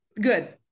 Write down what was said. good